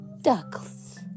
ducks